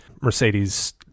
Mercedes